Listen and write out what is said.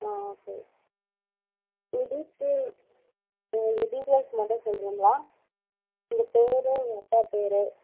ஆ okay உங்கள் details உங்கள் details மட்டும் சொல்கிறிங்களா உங்கள் பேர் உங்கள் அப்பா பேர்